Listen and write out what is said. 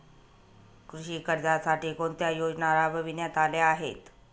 कृषी कर्जासाठी कोणत्या योजना राबविण्यात आल्या आहेत?